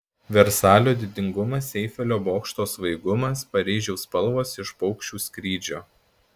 versalio didingumas eifelio bokšto svaigumas paryžiaus spalvos iš paukščių skrydžio